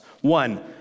One